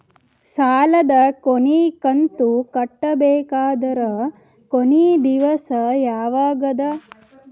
ಸಾಲದ ಕೊನಿ ಕಂತು ಕಟ್ಟಬೇಕಾದರ ಕೊನಿ ದಿವಸ ಯಾವಗದ?